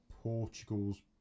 Portugal's